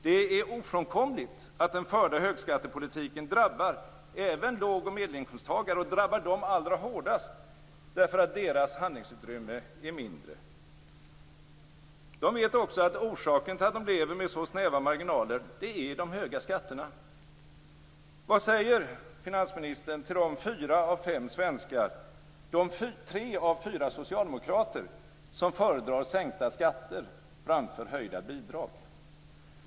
Det är ofrånkomligt att den förda högskattepolitiken drabbar även låg och medelinkomsttagare - och drabbar dem allra hårdast, därför att deras handlingsutrymme är mindre. De vet också att orsaken till att de lever med så snäva marginaler är de höga skatterna. Vad säger finansministern till de fyra av fem svenskar - de tre av fyra socialdemokrater - som föredrar sänkta skatter framför höjda bidrag?